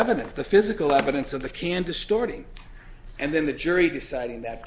evidence the physical evidence of the can distorting and then the jury deciding that